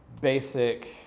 basic